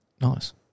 Nice